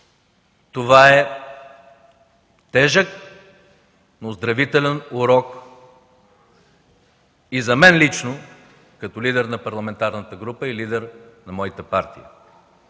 Това е тежък, но оздравителен урок и за мен лично, като лидер на парламентарната група и лидер на моята партия.